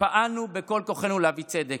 פעלנו בכל כוחנו להביא צדק.